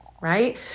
right